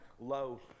low